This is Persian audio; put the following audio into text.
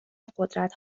قدرت